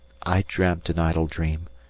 i dreamt an idle dream,